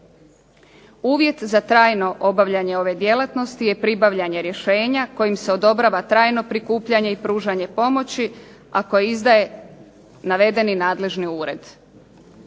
Uvjet za trajno obavljanje ove djelatnosti je pribavljanje rješenja kojim se odobrava trajno prikupljanje i pružanje pomoći, a koje izdaje navedeni nadležni ured.